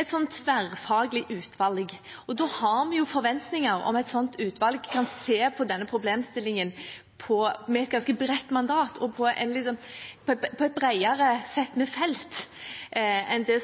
et tverrfaglig utvalg. Da har vi forventninger om at et slikt utvalg kan se på denne problemstillingen med et ganske bredt mandat og på et bredere sett med felt enn bare det